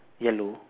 yellow